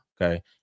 okay